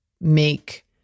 make